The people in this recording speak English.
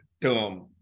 Term